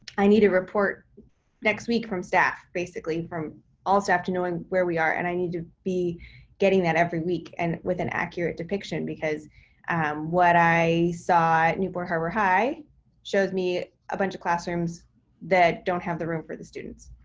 i need a report next week from staff, basically from all staff to knowing where we are. and i need to be getting that every week and with an accurate depiction, because what i saw at newport harbor high shows me a bunch of classrooms that don't have the room for the students.